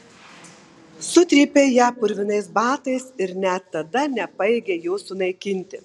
sutrypei ją purvinais batais ir net tada nepajėgei jos sunaikinti